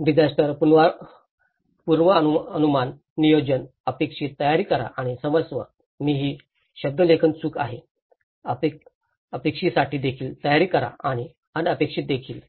मग डिझास्टर पूर्वानुमान नियोजन अपेक्षित तयारी करा आणि क्षमस्व येथे ही शब्दलेखन चूक आहे अपेक्षेसाठी देखील तयारी करा आणि अनपेक्षित देखील